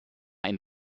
ein